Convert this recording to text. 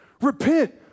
Repent